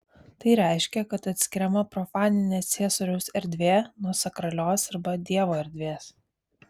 tai reiškia kad atskiriama profaninė ciesoriaus erdvė nuo sakralios arba dievo erdvės